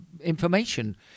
information